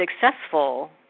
successful